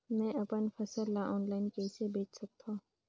मैं अपन फसल ल ऑनलाइन कइसे बेच सकथव?